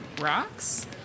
Rocks